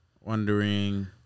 wondering